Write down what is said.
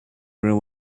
room